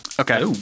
Okay